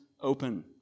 open